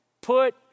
put